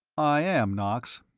i am, knox.